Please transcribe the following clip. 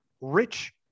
rich